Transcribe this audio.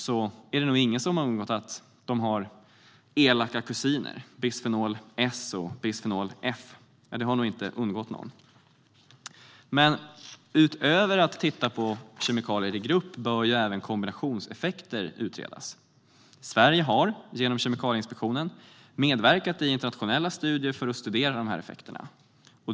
Det har nog inte undgått någon att det finns elaka kusiner - bisfenol S och bisfenol F. Men utöver att titta på kemikalier i grupp bör även kombinationseffekter utredas. Sverige har, genom Kemikalieinspektionen, medverkat i internationella studier för att studera dessa effekter.